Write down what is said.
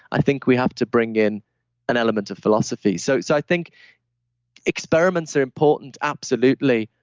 i think we have to bring in an element of philosophy. so, so i think experiments are important absolutely,